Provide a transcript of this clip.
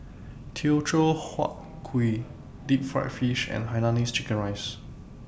Teochew Huat Kuih Deep Fried Fish and Hainanese Chicken Rice